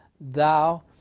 thou